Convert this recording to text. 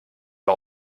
bei